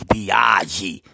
Biagi